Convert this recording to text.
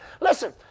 Listen